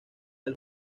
del